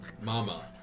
mama